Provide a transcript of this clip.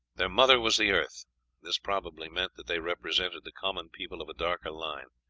their mother was the earth this probably meant that they represented the common people of a darker line.